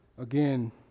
again